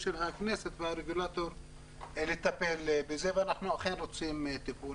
הכנסת והרגולטור - לטפל בזה ואנחנו אכן רוצים טיפול.